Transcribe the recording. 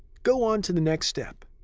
go on to the next step.